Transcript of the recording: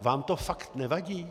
Vám to fakt nevadí?